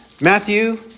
Matthew